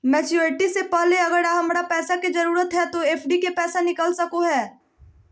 Maturity से पहले अगर हमरा पैसा के जरूरत है तो एफडी के पैसा निकल सको है?